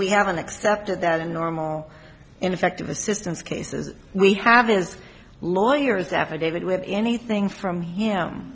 we haven't accepted that in normal ineffective assistance cases we have in lawyers affidavit we have anything from him